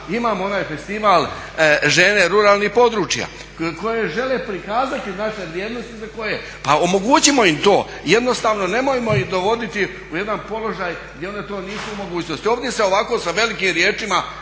imamo onaj festival "Žene ruralnih područja" koje žele prikazati naše vrijednosti za koje, pa omogućimo im to. Jednostavno nemojmo ih dovoditi u jedan položaj gdje one to nisu u mogućnosti. Ovdje se ovako sa velikim riječima